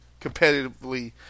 competitively